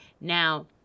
Now